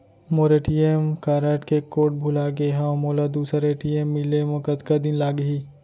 मोर ATM card के code भुला गे हव, मोला दूसर ए.टी.एम मिले म कतका दिन लागही?